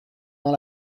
dans